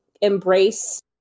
embrace